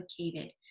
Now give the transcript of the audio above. complicated